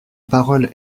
parole